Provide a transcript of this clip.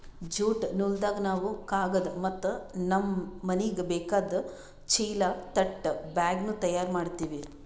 jute ನೂಲ್ದಾಗ್ ನಾವ್ ಕಾಗದ್ ಮತ್ತ್ ನಮ್ಮ್ ಮನಿಗ್ ಬೇಕಾದ್ ಚೀಲಾ ತಟ್ ಬ್ಯಾಗ್ನು ತಯಾರ್ ಮಾಡ್ತೀವಿ